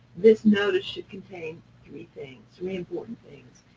this notice should contain three things, three important things.